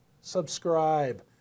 subscribe